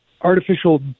artificial